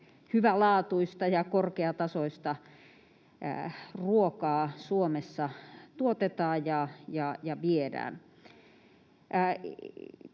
hyvälaatuista ja korkeatasoista ruokaa Suomessa tuotetaan ja viedään.